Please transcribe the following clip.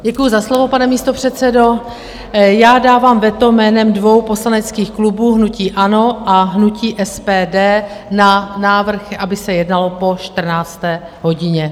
Děkuji za slovo, pane místopředsedo, já dávám veto jménem dvou poslaneckých klubů, hnutí ANO a hnutí SPD na návrh, aby se jednalo po 14. hodině.